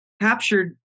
captured